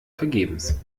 vergebens